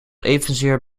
evenzeer